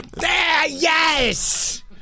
yes